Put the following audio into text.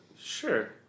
Sure